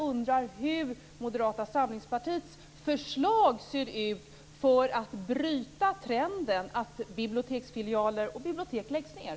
Hur ser Moderata samlingspartiets förslag ut när det gäller att bryta trenden att biblioteksfilialer och bibliotek läggs ned?